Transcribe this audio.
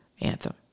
Anthem